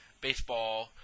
baseball